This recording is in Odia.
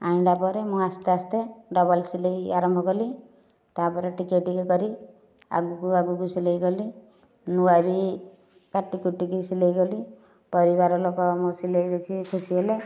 ଆଣିଲା ପରେ ମୁଁ ଆସ୍ତେ ଆସ୍ତେ ଡବଲ ସିଲେଇ ଆରମ୍ଭ କଲି ତାପରେ ଟିକେ ଟିକେ କରି ଆଗକୁ ଆଗକୁ ସିଲେଇ କଲି ନୂଆ ବି କାଟିକୁଟିକି ସିଲେଇ କଲି ପରିବାର ଲୋକ ମୋ' ସିଲେଇ ଦେଖି ଖୁସି ହେଲେ